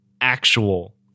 actual